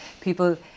people